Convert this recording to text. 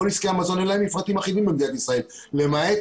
לכל